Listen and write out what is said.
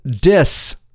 Dis